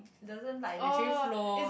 doesn't like naturally flow